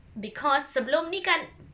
because sebelum ni kan